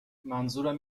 منظورم